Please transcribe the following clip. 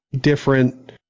different